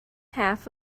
half